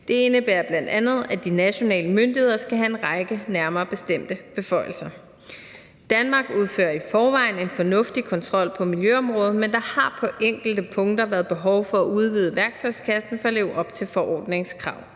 Det indebærer bl.a., at de nationale myndigheder skal have en række nærmere bestemte beføjelser. Danmark udfører i forvejen en fornuftig kontrol på miljøområdet, men der har på enkelte punkter være behov for at udvide værktøjskassen for at leve op til forordningens krav.